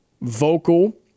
vocal